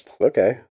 Okay